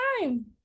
time